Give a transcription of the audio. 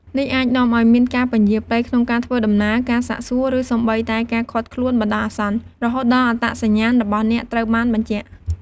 នេះអាចនាំឱ្យមានការពន្យារពេលក្នុងការធ្វើដំណើរ ការសាកសួរ ឬសូម្បីតែការឃាត់ខ្លួនបណ្ដោះអាសន្ន រហូតដល់អត្តសញ្ញាណរបស់អ្នកត្រូវបានបញ្ជាក់។